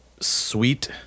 sweet